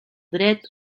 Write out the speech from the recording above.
dret